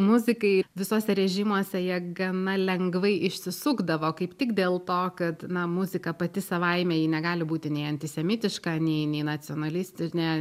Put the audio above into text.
muzikai visuose režimuose jie gana lengvai išsisukdavo kaip tik dėl to kad na muzika pati savaime ji negali būti nei antisemitiška nei nei nacionalistinė